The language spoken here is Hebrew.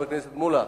חבר הכנסת מולה,